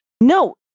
No